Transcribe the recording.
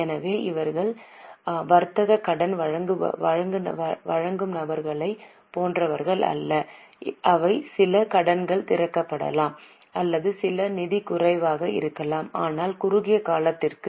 எனவே அவர்கள் வர்த்தக கடன் வழங்குநர்களைப் போன்றவர்கள் அல்ல அவை சில கடன்கள் திரட்டப்படலாம் அல்லது சில நிதி குறைவாக இருக்கலாம் ஆனால் குறுகிய காலத்திற்கு